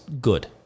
good